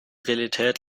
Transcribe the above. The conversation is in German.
realität